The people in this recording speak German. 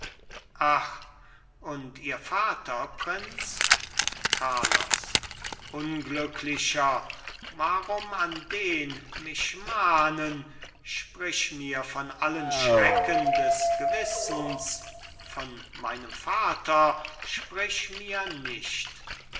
und ihr vater prinz carlos unglücklicher warum an den mich mahnen sprich mir von allen schrecken des gewissens von meinem vater sprich mir nicht